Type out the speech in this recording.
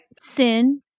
Sin